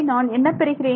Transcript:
நான் என்ன பெறுகிறேன்